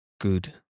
good